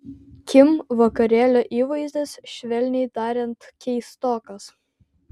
kim vakarėlio įvaizdis švelniai tariant keistokas